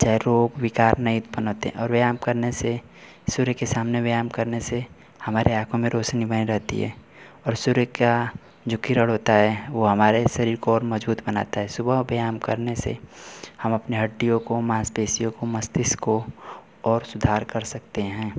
चाहे रोग विकार नहीं उत्पन्न होते और व्यायाम करने से सूर्य के सामने व्यायाम करने से हमारे आँखों में रौशनी बनी रहती है और सूर्य का जो किरण होता है वो हमारे शरीर को और मजबूत बनाता है सुबह व्यायाम करने से हम अपने हड्डियों को मांसपेशियों को मस्तिष्क को और सुधार कर सकते हैं